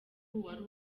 wari